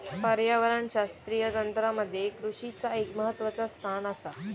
पर्यावरणशास्त्रीय तंत्रामध्ये कृषीचा एक महत्वाचा स्थान आसा